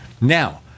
Now